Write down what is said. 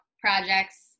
projects